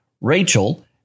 Rachel